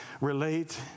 relate